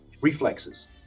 reflexes